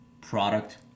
product